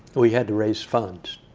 we had to raise funds.